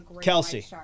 Kelsey